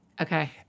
Okay